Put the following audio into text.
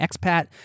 expat